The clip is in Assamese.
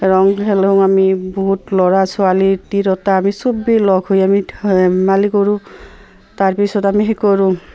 ৰং খেলো আমি বহুত ল'ৰা ছোৱালী তিৰতা আমি চবেই লগ হৈ আমি ধেমালি কৰোঁ তাৰপিছত আমি সেই কৰো